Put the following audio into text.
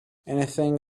anything